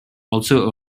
also